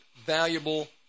valuable